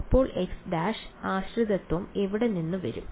അപ്പോൾ x′ ആശ്രിതത്വം എവിടെ നിന്ന് വരും